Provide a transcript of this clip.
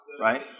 right